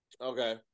Okay